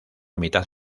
mitad